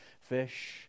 fish